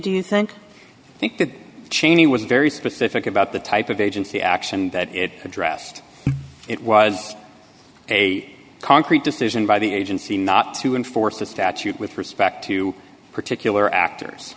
do you think think that cheney was very specific about the type of agency action that it addressed it was a concrete decision by the agency not to enforce the statute with respect to particular actors